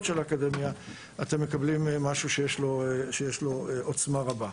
של האקדמיה ואתם מקבלים משהו שיש לו עוצמה רבה.